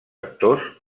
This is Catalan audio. actors